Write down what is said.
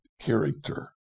character